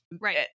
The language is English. Right